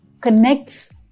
connects